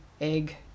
egg